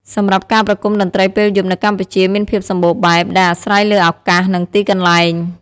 សម្រាប់ការប្រគំតន្ត្រីពេលយប់នៅកម្ពុជាមានភាពសម្បូរបែប ដែលអាស្រ័យលើឱកាស និងទីកន្លែង។